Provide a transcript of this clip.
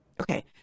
Okay